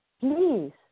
please